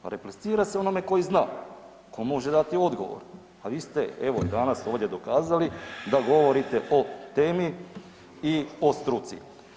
Replicira se onome koji zna, tko može dati odgovor, a vi ste evo danas ovdje dokazali da govorite o temi i o struci.